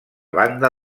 banda